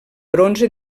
bronze